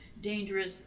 dangerous